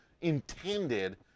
intended